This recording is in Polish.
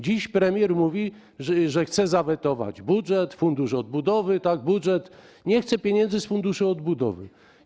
Dziś premier mówi, że chce zawetować budżet, fundusz odbudowy, nie chce pieniędzy z funduszu odbudowy.